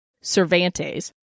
Cervantes